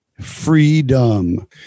freedom